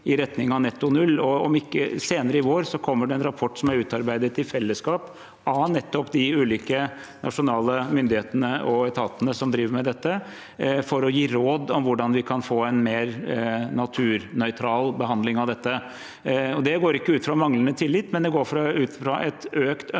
i retning av netto null. Senere i vår kommer det en rapport som er utarbeidet i fellesskap av nettopp disse ulike nasjonale myndighetsorganene og etatene som driver med dette, for å gi råd om hvordan vi kan få en mer naturnøytral behandling av dette. Det springer ikke ut av manglende tillit; det springer ut av et styrket ønske